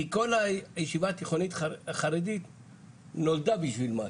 כי כל הישיבה התיכונית החרדית נולדה בשביל משהו,